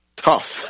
tough